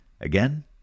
Again